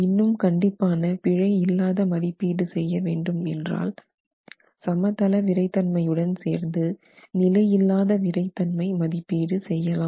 இன்னும் கண்டிப்பான பிழையில்லாத மதிப்பீடு செய்ய வேண்டுமென்றால் சமதள விறைத்தன்மை உடன் சேர்ந்து நிலையில்லாத விறைத்தன்மை மதிப்பீடு செய்யலாம்